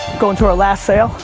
going through our last sale,